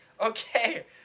Okay